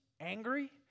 angry